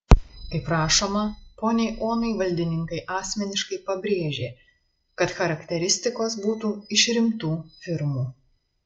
kaip rašoma poniai onai valdininkai asmeniškai pabrėžė kad charakteristikos būtų iš rimtų firmų